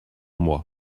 moi